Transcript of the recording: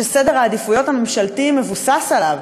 שסדר העדיפויות הממשלתי מבוסס עליו.